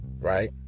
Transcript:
right